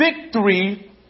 victory